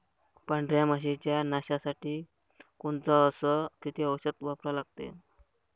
पांढऱ्या माशी च्या नाशा साठी कोनचं अस किती औषध वापरा लागते?